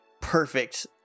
Perfect